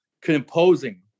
composing